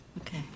Okay